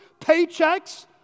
paychecks